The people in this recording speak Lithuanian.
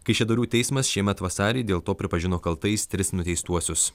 kaišiadorių teismas šiemet vasarį dėl to pripažino kaltais tris nuteistuosius